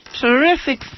terrific